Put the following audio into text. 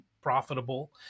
profitable